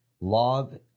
log